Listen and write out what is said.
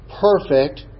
perfect